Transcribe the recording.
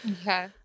Okay